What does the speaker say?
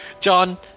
John